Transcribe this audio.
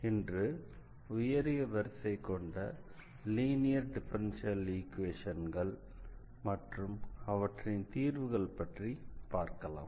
இன்று உயரிய வரிசை கொண்ட லீனியர் டிஃபரன்ஷியல் ஈக்வேஷன்கள் மற்றும் அவற்றின் தீர்வுகள் பற்றி பார்க்கலாம்